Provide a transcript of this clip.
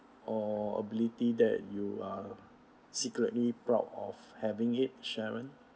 or ability that you are secretly proud of having it sharon